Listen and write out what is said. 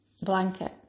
blanket